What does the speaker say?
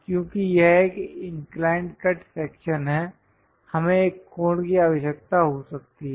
अब क्योंकि यह एक इंक्लाइंड कट सेक्शन है हमें एक कोण की आवश्यकता हो सकती है